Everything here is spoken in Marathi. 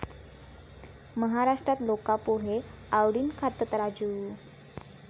महाराष्ट्रात लोका पोहे आवडीन खातत, राजू